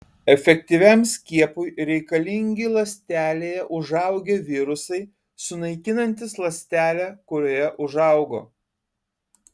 efektyviam skiepui reikalingi ląstelėje užaugę virusai sunaikinantys ląstelę kurioje užaugo